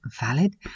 valid